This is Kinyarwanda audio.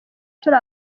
turi